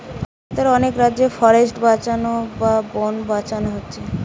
ভারতের অনেক রাজ্যে ফরেস্ট্রি বাঁচানা বা বন বাঁচানা হচ্ছে